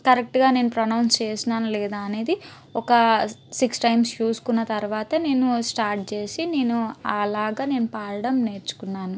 కరెక్ట్గా నేను ప్రొనౌన్స్ చేశానాన లేదా అనేది ఒక సిక్స్ టైమ్స్ చూసుకున్న తర్వాత నేను స్టార్ట్ చేసి నేను అలాగ నేను పాడడం నేర్చుకున్నాను